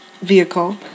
vehicle